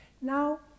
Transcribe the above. Now